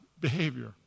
behavior